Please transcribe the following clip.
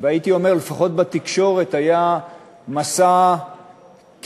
והייתי אומר שלפחות בתקשורת היה מסע נגדו,